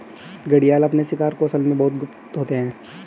घड़ियाल अपने शिकार कौशल में बहुत गुप्त होते हैं